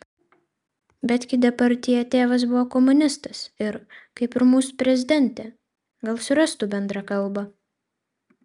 bet gi depardjė tėvas buvo komunistas ir kaip ir mūsų prezidentė gal surastų bendrą kalbą